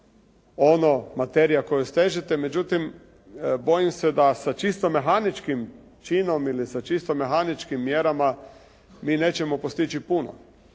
ono materija koju stežete, međutim, bojim se da sa čisto mehaničkim činom, ili sa čisto mehaničkim mjerama mi nećemo postići puno.